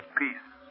peace